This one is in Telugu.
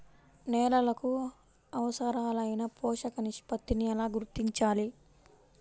నేలలకు అవసరాలైన పోషక నిష్పత్తిని ఎలా గుర్తించాలి?